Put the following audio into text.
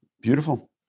Beautiful